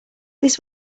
this